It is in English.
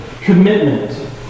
commitment